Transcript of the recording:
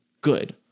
good